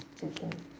to him ya so